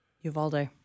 Uvalde